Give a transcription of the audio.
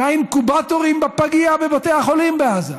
מהאינקובטורים בפגייה בבתי החולים בעזה,